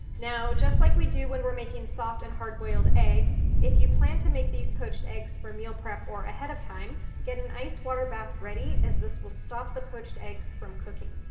now, just like we do when we're making soft and hard-boiled eggs, if you plan to make these poached eggs for meal prep or ahead of time, get an ice water bath ready as this will stop the poached eggs from cooking.